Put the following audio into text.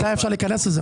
מתי אפשר להיכנס לזה?